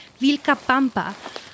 Vilcapampa